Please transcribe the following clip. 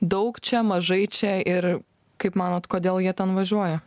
daug čia mažai čia ir kaip manote kodėl jie ten važiuoja